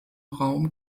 raum